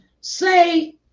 say